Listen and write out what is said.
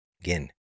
Again